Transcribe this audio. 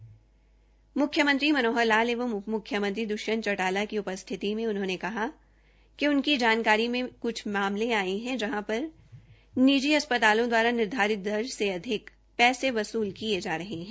म्ख्यमंत्री श्री मनोहर लाल एवं उपम्ख्यमंत्री श्री दृष्यंत चौटाला की उपस्थिति में उन्होंने कहा कि उनकी जानकारी में क्छ मामले आएं हैं जहां पर निजी अस्पतालों द्वारा निर्धारित दर से अधिक पैसे वसूल किए जा रहे हैं